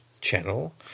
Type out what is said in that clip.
channel